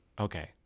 Okay